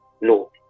No